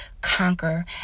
conquer